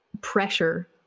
pressure